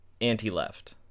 anti-left